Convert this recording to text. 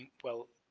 well,